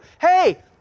Hey